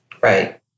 Right